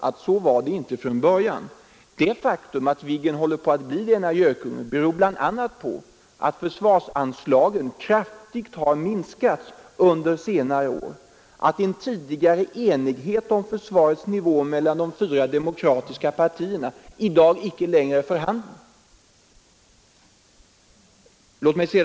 Att Viggen håller på att bli denna oss att så var det inte från börj gökunge beror bl.a. på att försvarsanslagen k senare år, att en tidigare enighet mellan de fyra demokratiska partierna om försvarets nivå i dag icke längre är för handen.